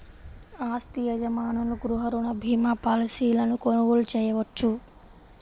ఆస్తి యజమానులు గృహ రుణ భీమా పాలసీలను కొనుగోలు చేయవచ్చు